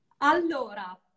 Allora